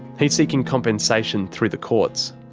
he's seeking compensation through the courts.